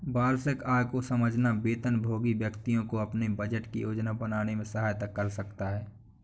वार्षिक आय को समझना वेतनभोगी व्यक्तियों को अपने बजट की योजना बनाने में सहायता कर सकता है